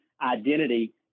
identity